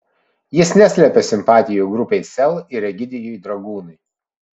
jis neslepia simpatijų grupei sel ir egidijui dragūnui